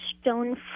stone